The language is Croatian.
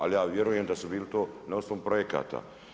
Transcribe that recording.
Ali ja vjerujem da su bili to na osnovi projekata.